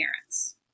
parents